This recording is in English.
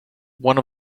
one